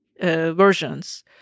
versions